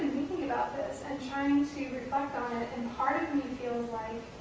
about this and trying to reflect on it, and part of me feels like